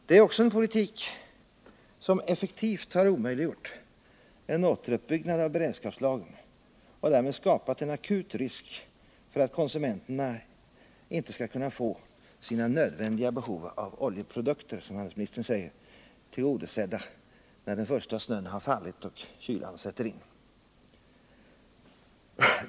Det är också en politik som effektivt har omöjliggjort en återuppbyggnad av beredskapslagren och därmed skapat en akut risk för att konsumenterna inte skall kunna få sina nödvändiga behov av oljeprodukter, som handelsministern säger, tillgodosedda när den första snön har fallit och kylan sätter in.